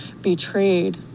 betrayed